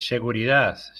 seguridad